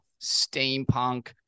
steampunk